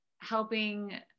helping